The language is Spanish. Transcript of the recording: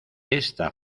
ésta